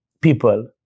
people